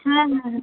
হ্যাঁ হ্যাঁ হ্যাঁ